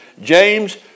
James